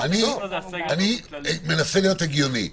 אני מנסה להיות הגיוני.